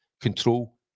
control